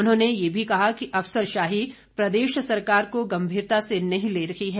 उन्होंने ये भी कहा कि अफसरशाही प्रदेश सरकार को गंभीरता से नहीं ले रही है